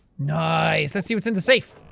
nice. lets see whats in the safe!